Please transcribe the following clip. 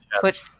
put